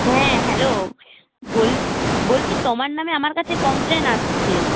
হ্যাঁ হ্যালো বলছি তোমার নামে আমার কাছে কমপ্লেন আসছে